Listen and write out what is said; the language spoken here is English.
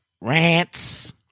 rants